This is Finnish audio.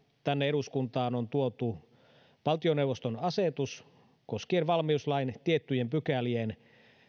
tänne eduskuntaan on tuotu valtioneuvoston asetus koskien valmiuslain tiettyjen pykälien